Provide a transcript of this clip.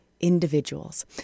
individuals